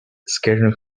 scaring